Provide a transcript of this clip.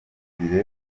theogene